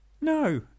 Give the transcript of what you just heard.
no